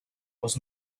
was